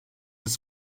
des